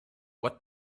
what